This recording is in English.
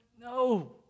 No